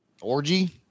Orgy